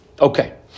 Okay